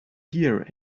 here